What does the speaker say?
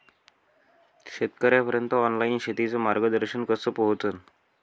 शेतकर्याइपर्यंत ऑनलाईन शेतीचं मार्गदर्शन कस पोहोचन?